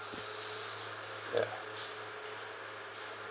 ya